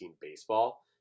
baseball